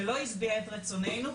שלא השביעה את רצוננו,